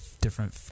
different